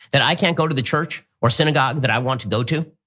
that i can't go to the church or synagogue that i want to go to.